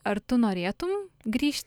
ar tu norėtum grįžt